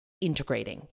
integrating